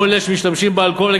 מול אלה שמשתמשים באלכוהול,